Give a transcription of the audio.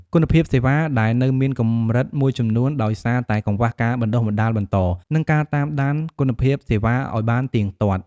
គុណភាពសេវា ដែលនៅមានកម្រិតមួយចំនួន ដោយសារតែកង្វះការបណ្តុះបណ្តាលបន្ត និងការតាមដានគុណភាពសេវាឱ្យបានទៀងទាត់។